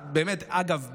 אגב,